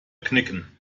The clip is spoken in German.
knicken